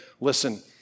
listen